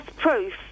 proof